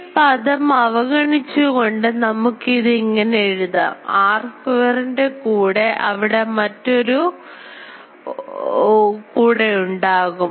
ഈ പദം അവഗണിച്ചുകൊണ്ട് നമുക്ക് ഇത് ഇങ്ങനെ എഴുതാം r square ൻറെ കൂടേ അവിടെ മറ്റൊരു കൂടെ ഉണ്ടാകും